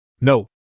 No